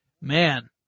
man